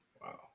Wow